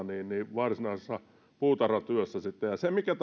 varsinaisessa puutarhatyössä sitten se mikä